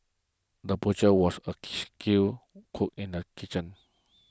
the butcher was a skilled cook in the kitchen